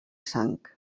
sang